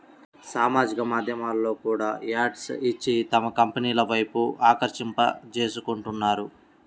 సామాజిక మాధ్యమాల్లో కూడా యాడ్స్ ఇచ్చి తమ కంపెనీల వైపు ఆకర్షింపజేసుకుంటున్నారు